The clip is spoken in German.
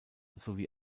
sowie